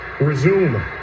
resume